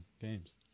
games